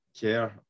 care